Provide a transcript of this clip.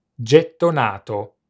Gettonato